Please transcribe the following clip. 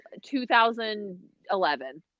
2011